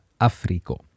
Africo